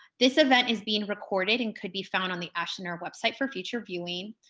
this event is being recorded and could be found on the ash center website for future viewing.